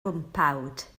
gwmpawd